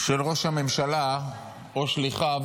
של ראש הממשלה או שליחיו